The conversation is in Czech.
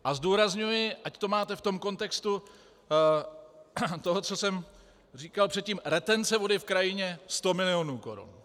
A zdůrazňuji, ať to máte v kontextu toho, co jsem říkal předtím, retence vody v krajině 100 milionů korun.